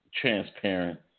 transparent